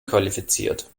qualifiziert